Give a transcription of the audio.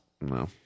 no